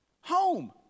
home